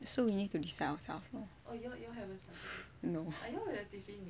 so we need to decide ourselves lor no